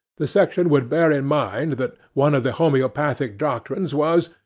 the section would bear in mind that one of the homoeopathic doctrines was,